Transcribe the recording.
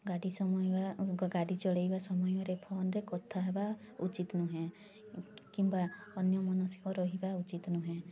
ଗାଡ଼ି ସମେଇବା ଗାଡ଼ି ଚଲେଇବା ସମୟରେ ଫୋନ୍ରେ କଥା ହେବା ଉଚିତ୍ ନୁହେଁ କିମ୍ବା ଅନ୍ୟ ମନସ୍କ ରହିବା ଉଚିତ୍ ନୁହେଁ